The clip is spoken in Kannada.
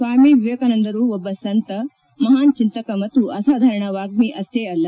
ಸ್ವಾಮಿ ವಿವೇಕಾನಂದರು ಒಬ್ಲ ಸಂತ ಮಹಾನ್ ಚಿಂತಕ ಮತ್ತು ಅಸಾಧಾರಣ ವಾಗ್ಗೀ ಅಷ್ಟೇ ಅಲ್ಲ